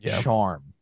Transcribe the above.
charm